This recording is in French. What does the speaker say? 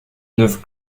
neuf